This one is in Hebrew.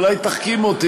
אולי תחכים אותי.